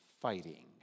fighting